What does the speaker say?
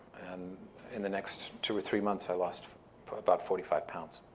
and in the next two or three months, i lost about forty five pounds.